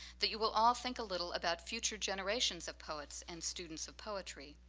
that you will all think a little about future generations of poets and student's of poetry.